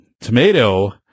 tomato